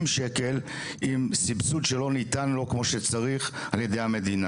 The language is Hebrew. שקל עם סבסוד שלא ניתן לו כמו שצריך על ידי המדינה?